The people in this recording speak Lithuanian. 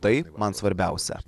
tai man svarbiausia